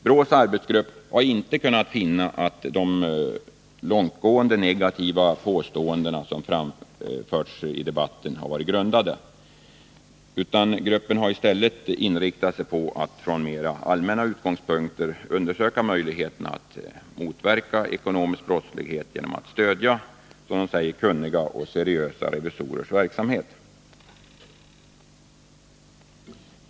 BRÅ:s arbetsgrupp har inte kunnat finna att de långtgående negativa påståenden som framförts i debatten har varit grundade. Gruppen har i stället inriktat sig på att från mer allmänna utgångspunkter undersöka möjligheterna att motverka ekonomisk brottslighet genom att stödja kunniga och seriösa revisorers verksamhet.